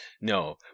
No